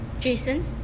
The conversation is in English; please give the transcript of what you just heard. Jason